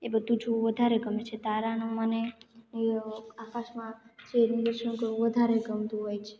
એ બધું જોવું વધારે ગમે છે તારાનું મને એ આકાશમાં વધારે ગમતું હોય છે